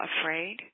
afraid